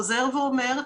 חוזר ואומר,